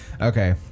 Okay